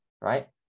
right